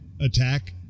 attack